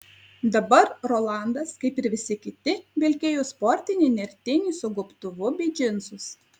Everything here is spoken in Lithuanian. dabar rolandas kaip ir visi kiti vilkėjo sportinį nertinį su gobtuvu bei džinsus